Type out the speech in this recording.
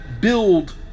build